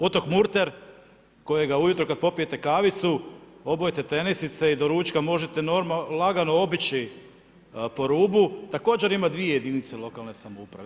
Otok Murter kojega ujutro kad popijete kavicu, obujete tenisice i do ručka možete lagano obići po rubu, također ima dvije jedinice lokalne samouprave.